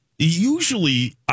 Usually